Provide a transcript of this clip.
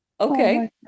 Okay